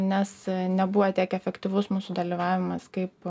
nes nebuvo tiek efektyvus mūsų dalyvavimas kaip